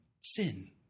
sin